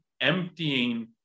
emptying